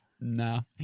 No